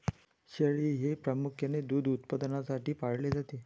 शेळी हे प्रामुख्याने दूध उत्पादनासाठी पाळले जाते